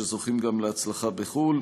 שזוכים גם להצלחה בחו"ל.